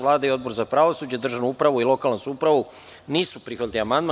Vlada i Odbor za pravosuđe, državnu upravu i lokalnu samoupravu nisu prihvatili amandman.